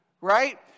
Right